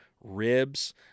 ribs